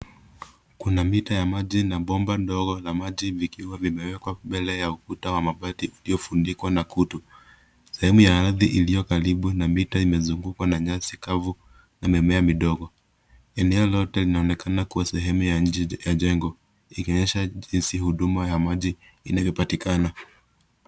Kuna mita ya maji na bomba ndogo ya maji vikiwa vimewekwa mbele ya ukuta wa mabati iliyofunikwa na kutu. Sehemu ya ardhi iliyo karibu na mita imezungukwa na nyasi kavu na mimea midogo. Eneo lote linaonekana kuwa sehemu ya nje ya jengo ikionyesha jinsi huduma ya maji inavyopatikana.